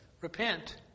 Repent